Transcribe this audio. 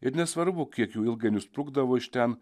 ir nesvarbu kiek jų ilgainiui sprukdavo iš ten